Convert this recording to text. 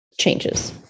changes